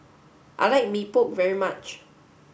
I like Mee Pok very much